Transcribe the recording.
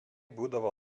būdavo